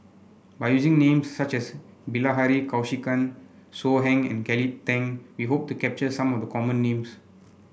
by using names such as Bilahari Kausikan So Heng and Kelly Tang we hope to capture some of the common names